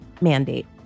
mandate